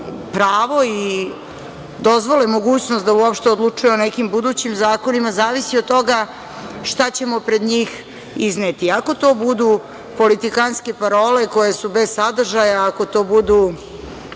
pravo i dozvole mogućnost da uopšte odlučuju o nekim budućim zakonima, zavisi od toga šta ćemo pred njih izneti. Ako to budu politikanske parole koje su bez sadržaja, ako to budu